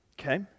Okay